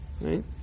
right